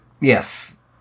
Yes